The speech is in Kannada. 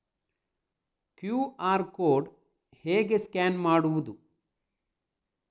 ಕ್ಯೂ.ಆರ್ ಕೋಡ್ ಹೇಗೆ ಸ್ಕ್ಯಾನ್ ಮಾಡುವುದು?